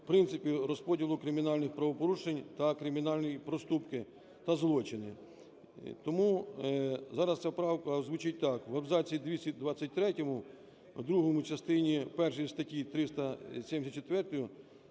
принципів розподілу кримінальних правопорушень та кримінальні проступки та злочини. Тому зараз ця правка звучить так: в абзаці 223-му… другому… у частині першій статті 374